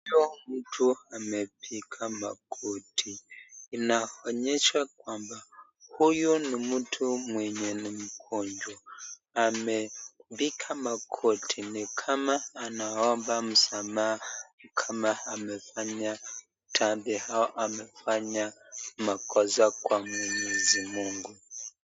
Huyo mtu amepiga magoti. Inaonyesha kwamba huyu ni mtu mwenye ni mgonjwa. Amepiga magoti ni kama anaomba msamaha, ni kama amefanya dhambi, au amefanya makosa kwa Mwenyezi Mungu.